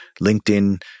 LinkedIn